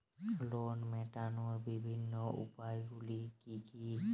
Loan মেটানোর বিভিন্ন উপায়গুলি কী কী?